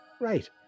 right